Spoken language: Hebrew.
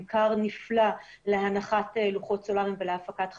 כר נפלא להנחת לוחות סולריים ולהפקת חשמל,